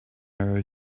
narrow